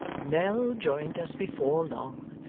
nell joined us before long,